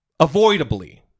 avoidably